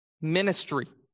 ministry